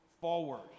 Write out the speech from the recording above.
forward